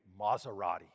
Maserati